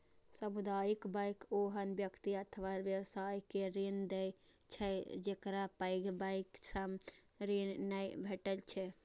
सामुदायिक बैंक ओहन व्यक्ति अथवा व्यवसाय के ऋण दै छै, जेकरा पैघ बैंक सं ऋण नै भेटै छै